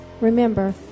Remember